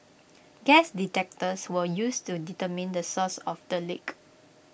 gas detectors were used to determine the source of the leak